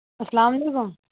اَسلامُ علیکُم